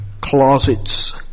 closets